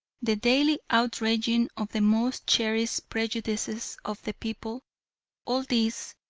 the daily outraging of the most cherished prejudices of the people all these,